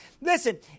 listen